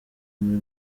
muri